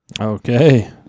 Okay